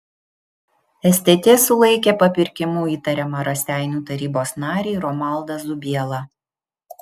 stt sulaikė papirkimu įtariamą raseinių tarybos narį romaldą zubielą